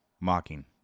mocking